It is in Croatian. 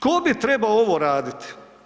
Ko bi trebao ovo raditi?